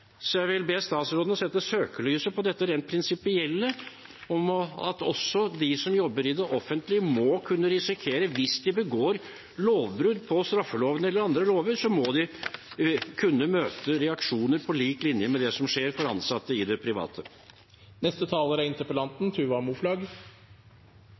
Jeg vil be statsråden om å sette søkelyset på det rent prinsipielle om at også de som jobber i det offentlige, hvis de begår brudd på straffeloven eller andre lover, må kunne møte reaksjoner på lik linje med det som skjer for ansatte i det private.